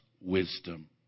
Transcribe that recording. wisdom